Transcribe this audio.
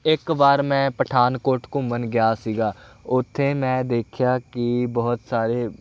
ਇੱਕ ਵਾਰ ਮੈਂ ਪਠਾਨਕੋਟ ਘੁੰਮਣ ਗਿਆ ਸੀਗਾ ਉੱਥੇ ਮੈਂ ਦੇਖਿਆ ਕਿ ਬਹੁਤ ਸਾਰੇ